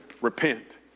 Repent